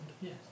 Yes